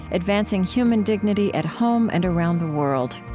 advancing human dignity at home and around the world.